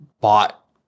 bought